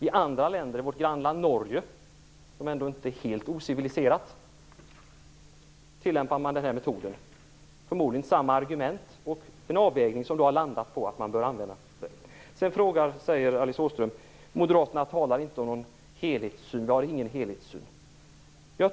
I andra länder, i vårt grannland Norge, som inte är helt ociviliserat, tillämpar man den här metoden. Förmodligen har man samma argument och har gjort en avvägning som har landat i att detta bör användas. Alice Åström säger: Moderaterna talar inte om någon helhetssyn, de har inte någon helhetssyn.